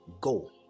go